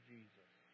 Jesus